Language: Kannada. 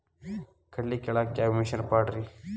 ಕಡ್ಲಿ ಕೇಳಾಕ ಯಾವ ಮಿಷನ್ ಪಾಡ್ರಿ?